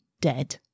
dead